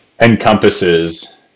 encompasses